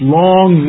long